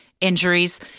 injuries